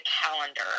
calendar